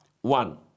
One